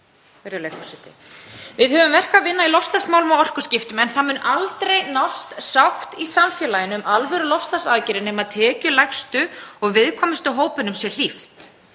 Við höfum verk að vinna í loftslagsmálum og orkuskiptum, en það mun aldrei nást sátt í samfélaginu um alvöru loftslagsaðgerðir nema tekjulægstu og viðkvæmustu hópunum sé hlíft.